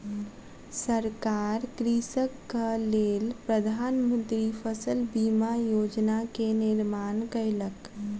सरकार कृषकक लेल प्रधान मंत्री फसल बीमा योजना के निर्माण कयलक